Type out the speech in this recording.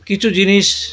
কিছু জিনিস